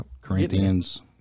Corinthians